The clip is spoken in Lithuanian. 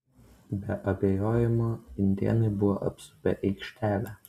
be abejojimo indėnai buvo apsupę aikštelę